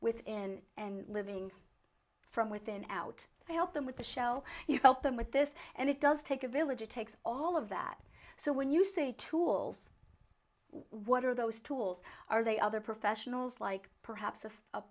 within and living from within out to help them with the shell you help them with this and it does take a village it takes all of that so when you say tools what are those tools are they other professionals like perhaps of